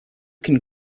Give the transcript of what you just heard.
can